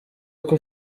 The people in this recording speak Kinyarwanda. uko